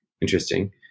Interesting